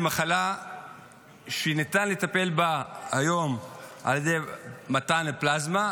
מחלה שניתן לטפל בה היום על ידי מתן פלזמה,